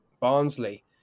Barnsley